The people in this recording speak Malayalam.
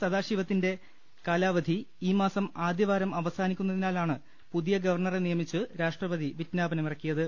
സദാശിവത്തിന്റെ കാലാവധി ഈ മാസം ആദ്യവാരം അവസാനിക്കുന്നതിനാലാണ് പുതിയ ഗവർണ്ണറെ നിയമിച്ച് രാഷ്ട്രപതി വിജ്ഞാപനം ഇറക്കിയത്